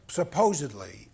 supposedly